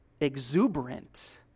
exuberant